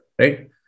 Right